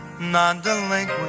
non-delinquent